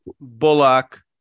Bullock